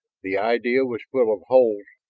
the idea was full of holes,